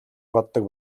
боддог